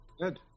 Good